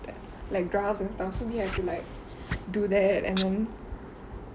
like graphs and stuff so me have to like do that and then